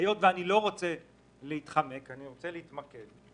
היות ואני לא רוצה להתחמק, אני רוצה להתמקד, אז